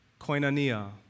Koinonia